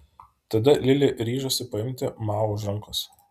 tada lili ryžosi paimti mao už rankos